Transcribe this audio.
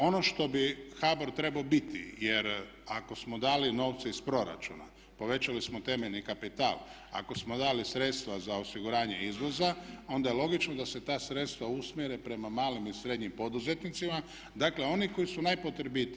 Ono što bi HBOR trebao biti, jer ako smo dali novce iz proračuna, povećali smo temeljni kapital, ako smo dali sredstva za osiguranje izvoza onda je logično da se ta sredstva usmjere prema malim i srednjim poduzetnicima, dakle oni koji su najpotrebitiji.